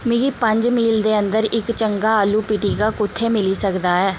मिगी पंज मील दे अंदर इक चंगा आलू पिटिका कु'त्थै मिली सकदा ऐ